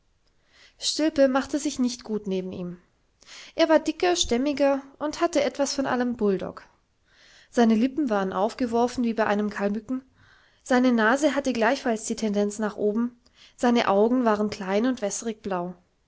stilpe machte sich nicht gut neben ihm er war dicker stämmiger und hatte etwas von einem bulldogg seine lippen waren aufgeworfen wie bei einem kalmücken seine nase hatte gleichfalls die tendenz nach oben seine augen waren klein und wässerig blau